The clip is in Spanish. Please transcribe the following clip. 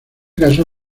caso